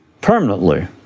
permanently